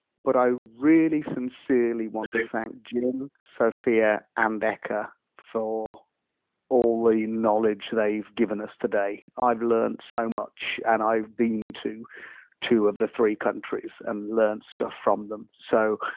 but i really sincerely want to thank jing, sophia, and eka for all the knowledge they've given us today. i've learned so much and i've been to two of the three countries and learned stuff from them. so